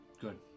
Good